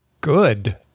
good